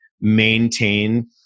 maintain